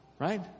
Right